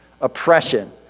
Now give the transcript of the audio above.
oppression